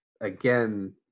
again